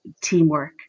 teamwork